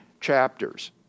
chapters